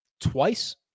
twice